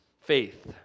Faith